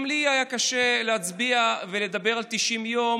גם לי היה קשה להצביע ולדבר על 90 יום,